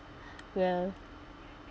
will